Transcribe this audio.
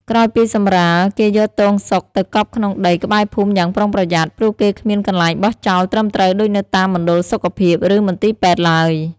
ក្រោយពីសម្រាល គេយកទងសុកទៅកប់ក្នុងដីក្បែរភូមិយ៉ាងប្រុងប្រយ័ត្ន ព្រោះគេគ្មានកន្លែងបោះចោលត្រឹមត្រូវដូចនៅតាមមណ្ឌលសុខភាព ឬ មន្ទីរពេទ្យឡើយ។